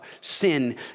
sin